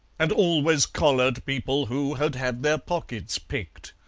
and always collared people who had had their pockets picked.